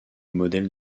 modèles